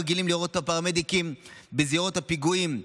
רגילים לראות את הפרמדיקים בזירות הפיגועים.